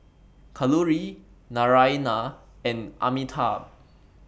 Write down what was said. Kalluri Naraina and Amitabh